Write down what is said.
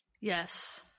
Yes